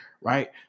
right